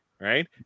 right